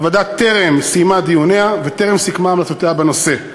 הוועדה טרם סיימה את דיוניה וטרם סיכמה את המלצותיה בנושא.